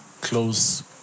close